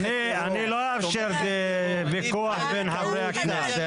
ומי שהיה עבריין שנתיים,